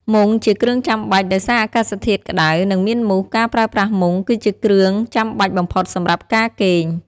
មុងជាគ្រឿងចាំបាច់ ដោយសារអាកាសធាតុក្តៅ និងមានមូស ការប្រើប្រាស់ មុង គឺជាគ្រឿងចាំបាច់បំផុតសម្រាប់ការគេង។